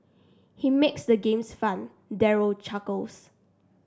he makes the games fun Daryl chuckles